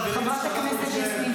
תודה רבה, חבר הכנסת כסיף.